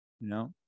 No